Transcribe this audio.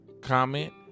comment